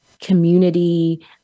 community